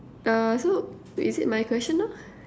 uh so is it my question now